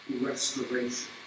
restoration